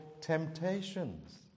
temptations